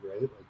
right